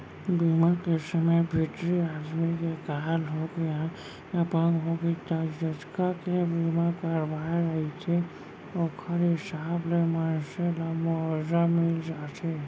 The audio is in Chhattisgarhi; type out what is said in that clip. बीमा के समे भितरी आदमी के काल होगे या अपंग होगे त जतका के बीमा करवाए रहिथे ओखर हिसाब ले मनसे ल मुवाजा मिल जाथे